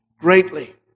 greatly